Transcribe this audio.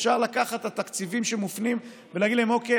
אפשר לקחת את התקציבים שמופנים ולהגיד להם: אוקיי,